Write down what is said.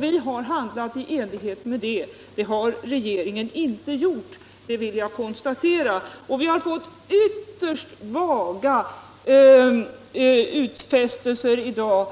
Vi har handlat i enlighet med det, men det har regeringen inte gjort. Vi har fått ytterst vaga utfästelser i dag